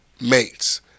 mates